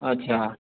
अच्छा